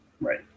Right